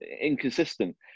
Inconsistent